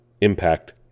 impact